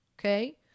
Okay